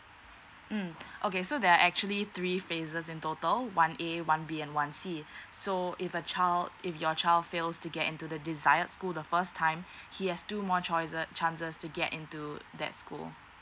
mm okay so there are actually three phases in total one A one B and one C so if a child if your child fails to get into the desired school the first time he has two more choice~ chances to get in to that school